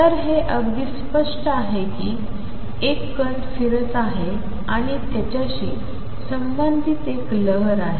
तर हे अगदी स्पष्ट आहे कि एक कण फिरत आहे आणि त्याच्याशी संबंधित एक लहर आहे